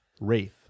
Wraith